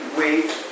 wait